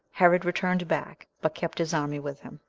herod returned back, but kept his army with him,